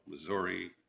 Missouri